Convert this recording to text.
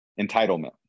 Entitlement